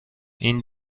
این